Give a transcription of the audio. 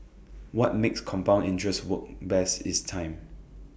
what makes compound interest work best is time